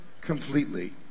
completely